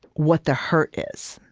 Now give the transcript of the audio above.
what the hurt is.